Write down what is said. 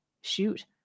shoot